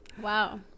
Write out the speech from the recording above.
Wow